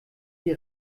die